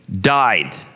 died